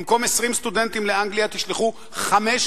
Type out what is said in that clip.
במקום 20 סטודנטים לאנגליה תשלחו 500